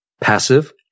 passive